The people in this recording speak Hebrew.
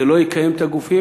זה לא יקיים את הגופים,